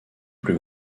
plus